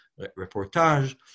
reportage